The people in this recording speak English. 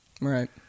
Right